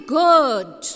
good